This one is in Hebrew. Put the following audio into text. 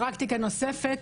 פרקטיקה נוספת